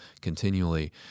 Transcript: continually